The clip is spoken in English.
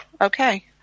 Okay